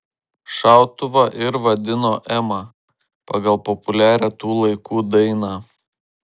šautuvą ir vadino ema pagal populiarią tų laikų dainą